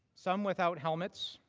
some without helmets,